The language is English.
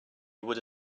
would